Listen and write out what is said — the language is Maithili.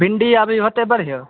भिण्डी अभी होतै बढ़िआँ